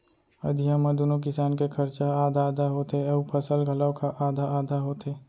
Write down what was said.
अधिया म दूनो किसान के खरचा ह आधा आधा होथे अउ फसल घलौक ह आधा आधा होथे